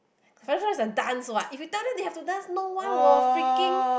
was a dance what if you tell them they have to dance no one will freaking